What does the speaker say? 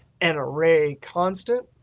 an array constant.